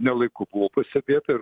ne laiku buvo pastebėta ir